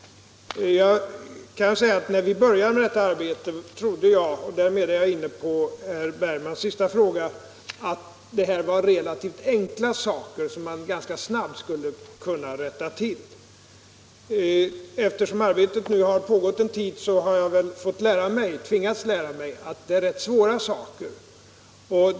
När vi började detta arbete trodde jag - därmed är jag inne på herr Bergmans sista fråga — att det här var relativt enkla saker, som man ganska snart skulle kunna rätta till. Eftersom arbetet 55 nu har pågått en tid har jag tvingats lära mig att dessa frågor är rätt svåra.